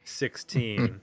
sixteen